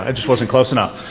ah just wasnt close enough.